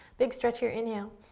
big stretch here, inhale.